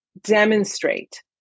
demonstrate